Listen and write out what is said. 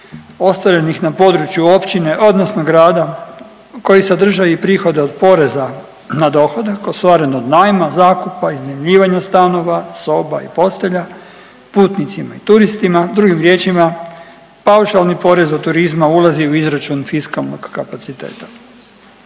ostvarenih na području općine, odnosno grada koji sadrže i prihode od poreza na dohodak ostvaren od najma, zakupa, iznajmljivanja stanova, soba i postelja putnicima i turistima. Drugim riječima paušalni porez od turizma ulazi u izračun fiskalnog kapaciteta.